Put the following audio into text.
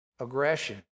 aggression